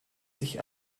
sich